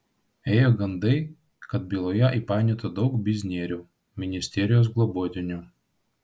ėjo gandai kad byloje įpainiota daug biznierių ministerijos globotinių